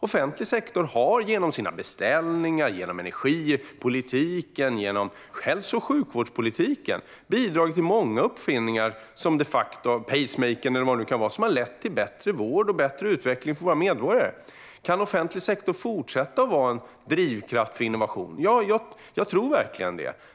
Offentlig sektor har genom sina beställningar, genom energipolitiken och genom hälso och sjukvårdspolitiken bidragit till många uppfinningar - pacemakern och vad det nu kan vara - som de facto har lett till bättre vård och bättre utveckling för våra medborgare. Kan offentlig sektor fortsätta att vara en drivkraft för innovation? Jag tror verkligen det.